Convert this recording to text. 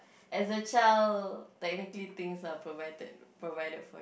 as a child technically things are provided provided